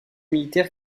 militaire